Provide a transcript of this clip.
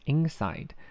Inside